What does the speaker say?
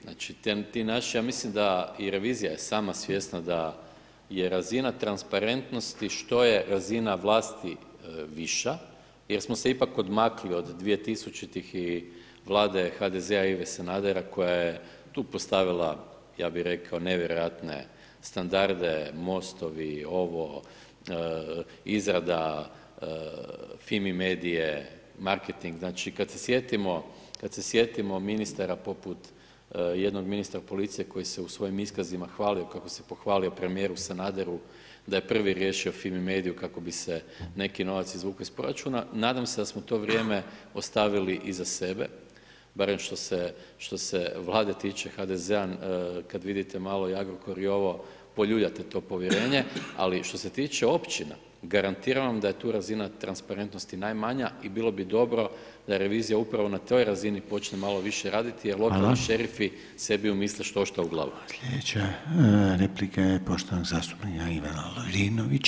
Znači, ti naši ja mislim da i revizija je sama svjesna da je razina transparentnosti, što je razina vlasti viša jer smo se ipak odmakli od 2000-ih i vlade HDZ-a Ive Sanadera koja je tu postavila ja bih rekao nevjerojatne standarde, mostovi, ovo, izrada FIMI medije, marketing, znači kad se sjetimo ministara poput, jednog ministra policije koji se u svojim iskazima hvalio kako se pohvalio premijeru Sanaderu da je prvi riješio FIMI mediju kako bi se neki novac izvukao iz proračuna, nadam se da smo to vrijeme ostavili iza sebe, barem što se Vlade tiče, HDZ-a, kad vidite malo i Agrokor i ovo, poljulja te to povjerenje, ali što se tiče općina, garantiran vam da je tu razina transparentnosti najmanja i bilo bi dobro da revizija upravo na toj razini počne malo više raditi jer lokalni šerifi sebi umisle štošta u glavu.